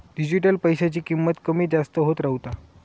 digital पैशाची किंमत कमी जास्त होत रव्हता